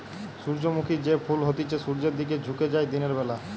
সূর্যমুখী যে ফুল হতিছে সূর্যের দিকে ঝুকে যায় দিনের বেলা